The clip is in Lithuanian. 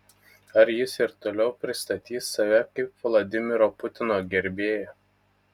ar jis ir toliau pristatys save kaip vladimiro putino gerbėją